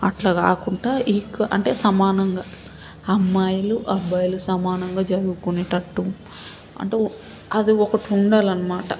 అట్లా కాకుండా ఈక్వ అంటే సమానంగా అమ్మాయిలు అబ్బాయిలు సమానంగా చదువుకునేటట్టు అంటూ అది ఒకటుండాలన్నమాట